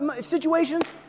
situations